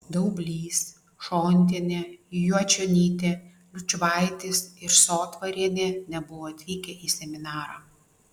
daublys šontienė juočionytė liučvaitis ir sotvarienė nebuvo atvykę į seminarą